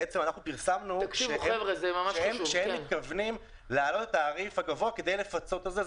פרסמנו שהם מתכוונים להעלות את התעריף הגבוה כדי לפצות על זה,